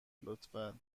لطفا